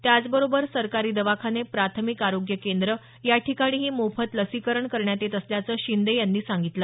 त्याच बरोबर सरकारी दवाखाने प्राथमिक आरोग्य केंद्रं याठिकाणीही मोफत लसीकरण करण्यात येत असल्याचं शिंदे यांनी सांगितलं